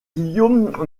guillaume